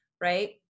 Right